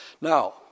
Now